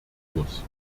muss